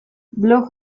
blog